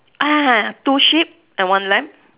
ah two sheep and one lamb